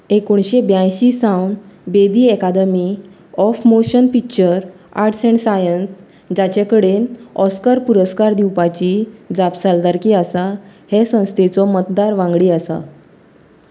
एकोणीशें ब्यायशीं Sawan Bedi Academy of Motion Picture Arts and Science जांचे कडेन ऑस्कर पुरस्कार दिवपाची जापसालदारकी आसा हे संस्थेचो मतदार वांगडी आसात